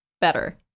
better